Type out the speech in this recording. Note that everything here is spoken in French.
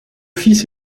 fils